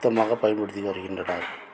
சுத்தமாக பயன்படுத்தி வருகின்றனர்